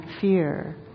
fear